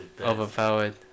overpowered